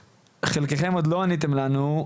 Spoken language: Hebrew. חלקכם עוד לא עניתם לנו.